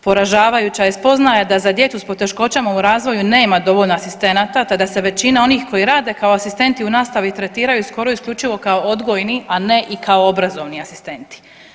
Poražavajuća je spoznaja da za djecu s poteškoćama u razvoju nema dovoljno asistenata, te da se većina onih koji rade kao asistenti u nastavi tretiraju skoro i isključivo kao odgojni, a ne i kao obrazovni asistenti.